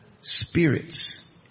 spirits